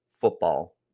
football